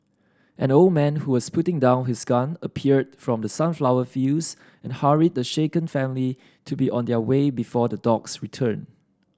an old man who was putting down his gun appeared from the sunflower fields and hurried the shaken family to be on their way before the dogs return